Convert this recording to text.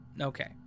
okay